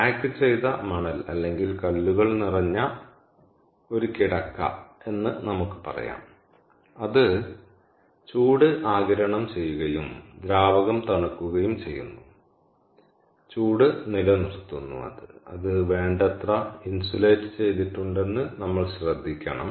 pack ചെയ്ത മണൽ അല്ലെങ്കിൽ കല്ലുകൾ നിറഞ്ഞ ഒരു കിടക്ക എന്ന് നമുക്ക് പറയാം അത് ചൂട് ആഗിരണം ചെയ്യുകയും ദ്രാവകം തണുക്കുകയും ചെയ്യുന്നു അത് ചൂട് നിലനിർത്തുന്നു അത് വേണ്ടത്ര ഇൻസുലേറ്റ് ചെയ്തിട്ടുണ്ടെന്ന് നമ്മൾ ശ്രദ്ധിക്കണം